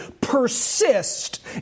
persist